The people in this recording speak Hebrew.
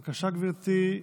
בבקשה, גברתי,